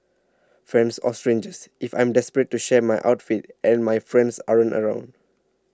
friends or strangers if I'm desperate to share my outfit and my friends aren't around